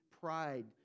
pride